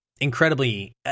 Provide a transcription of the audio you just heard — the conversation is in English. Incredibly